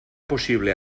possible